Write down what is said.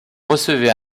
recevait